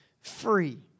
free